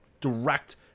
direct